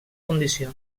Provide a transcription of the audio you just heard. condició